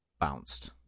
bounced